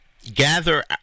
gather